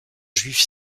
juif